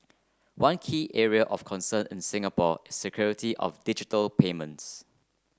one key area of concern in Singapore is security of digital payments